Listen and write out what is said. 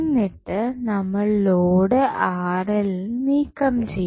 എന്നിട്ട് നമ്മൾ ലോഡ് നീക്കം ചെയ്യും